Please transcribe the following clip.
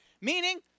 Meaning